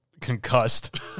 concussed